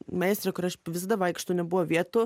meistrę kur aš visada vaikštau nebuvo vietų